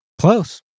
Close